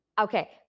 okay